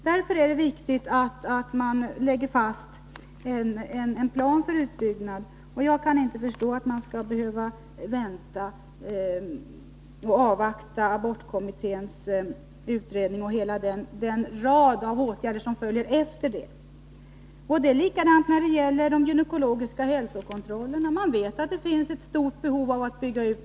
Därför är det viktigt att man lägger fast en plan för utbyggnaden. Jag kan inte förstå att man skall behöva vänta och avvakta abortkommitténs betänkande och hela den rad av åtgärder som följer efter det. Det är likadant när det gäller de gynekologiska hälsokontrollerna. Man vet att det finns ett stort behov av att bygga ut dem.